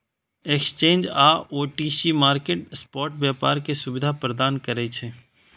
exchange आ OTC market spot व्यापार के सुविधा प्रदान करै छै